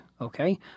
okay